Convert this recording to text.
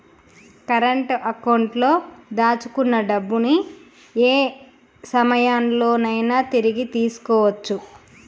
current అకౌంట్లో దాచుకున్న డబ్బుని యే సమయంలోనైనా తిరిగి తీసుకోవచ్చు